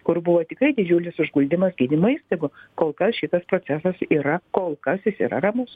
kur buvo tikrai didžiulis užguldymas gydymo įstaigų kol kas šitas procesas yra kol kas jis yra ramus